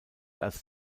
als